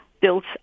built